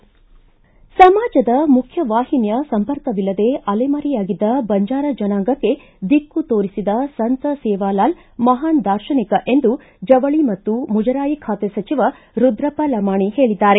ಸಮಾಜದ ಮುಖ್ಜವಾಹಿನಿಯ ಸಂಪರ್ಕವಿಲ್ಲದೆ ಅಲೆಮಾರಿಯಾಗಿದ್ದ ಬಂಜಾರ ಜನಾಂಗಕ್ಕೆ ದಿಕ್ಕು ತೋರಿಸಿದ ಸಂತ ಸೇವಾಲಾಲ್ ಮಹಾನ್ ದಾರ್ಶನಿಕ ಎಂದು ಜವಳಿ ಮತ್ತು ಮುಜರಾಯಿ ಖಾತೆ ಸಚಿವ ರುದ್ರಪ್ಪ ಲಮಾಣಿ ಹೇಳಿದ್ದಾರೆ